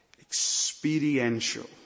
experiential